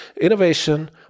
innovation